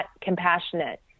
compassionate